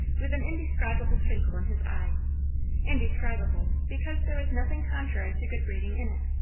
with an indescribable twinkle in his eye indescribable because there was nothing contrary to good breeding in it.